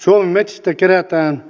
suomen metsistä kerätään